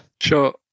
sure